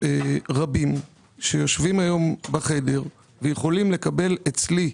רבים שיושבים היום בחדר ויכולים לקבל אצלי,